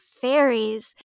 Fairies